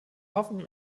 hoffen